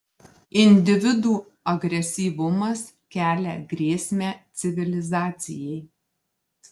individų agresyvumas kelia grėsmę civilizacijai